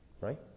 Right